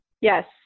Yes